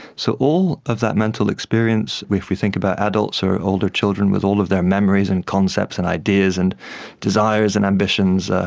so all of that mental experience, if we think about adults or older children with all of their memories and concepts and ideas and desires and ambitions,